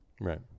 Right